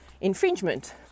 infringement